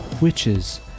witches